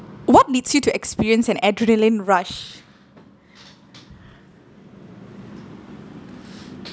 what leads you to experience an adrenaline rush